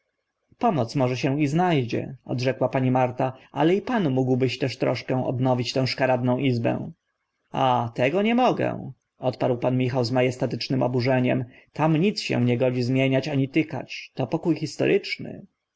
pomoc może się zna dzie odrzekła pani marta ale i pan mógłbyś też choć troszkę odnowić tę szkaradną izbę a tego nie mogę odparł pan michał z ma estatycznym oburzeniem tam nic nie godzi się zmieniać ani tykać to pokó historyczny